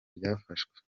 byafashwe